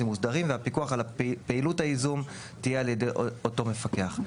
מוסדרים והפיקוח על פעילות הייזום תהיה על ידי אותו מפקח.